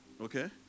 Okay